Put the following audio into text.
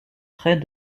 près